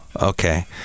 Okay